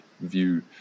view